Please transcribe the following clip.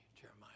Jeremiah